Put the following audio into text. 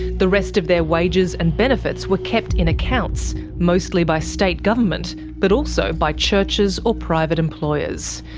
the rest of their wages and benefits were kept in accounts, mostly by state government but also by churches or private employers.